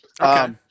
Okay